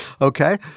Okay